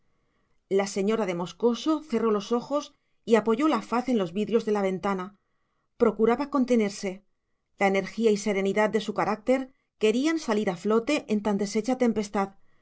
la señora de moscoso cerró los ojos y apoyó la faz en los vidrios de la ventana procuraba contenerse la energía y serenidad de su carácter querían salir a flote en tan deshecha tempestad